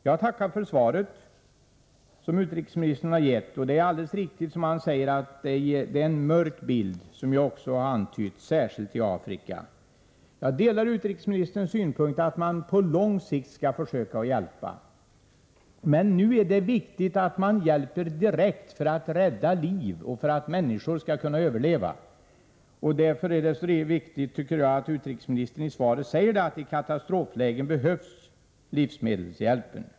Jag tackar för det svar som utrikesministern har gett. Det är alldeles riktigt som utrikesministern säger och som jag också har antytt, nämligen att de uppgifter vi fått ger en mörk bild, särskilt i Afrika. Jag delar utrikesminis terns synpunkt att man skall försöka hjälpa på lång sikt, men nu är det viktigt att man hjälper direkt för att rädda liv, för att människor skall kunna överleva. Jag tycker därför det är viktigt att notera att utrikesministern i sitt svar säger att livsmedelshjälpen behövs i katastroflägen.